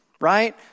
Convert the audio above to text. right